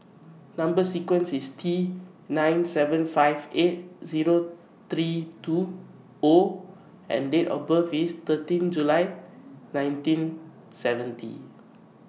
Number sequence IS T nine seven five eight Zero three two O and Date of birth IS thirteen July nineteen seventy